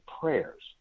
prayers